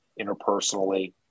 interpersonally